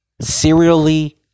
serially